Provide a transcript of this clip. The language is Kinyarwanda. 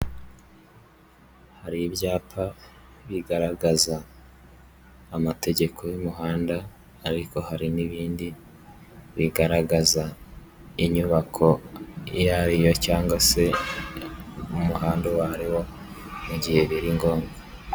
Hari ibyapa bigaragaza amategeko y'umuhanda ariko hari n'ibindi bigaragaza inyubako iyo ariyo cyangwa se umuhanda uwo ari wo, mu gihe biri ngombwa.